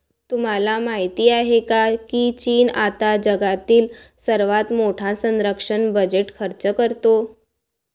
तुम्हाला माहिती आहे का की चीन आता जगातील सर्वात मोठा संरक्षण बजेट खर्च करतो?